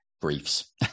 briefs